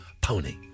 pony